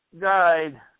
guide